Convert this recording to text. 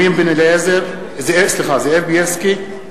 זאב בילסקי,